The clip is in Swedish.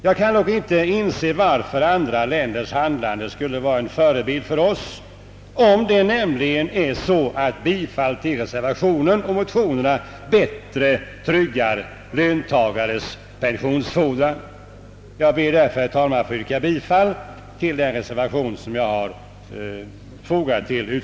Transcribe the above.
Jag kan dock inte inse varför andra länders handlande skulle vara en förebild för oss, om ett bifall till reservationen och motionerna bättre tryggar löntagares pensionsfordran. Jag ber därför att få yrka bifall till den reservation som är fogad till ut